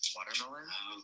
Watermelon